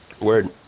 Word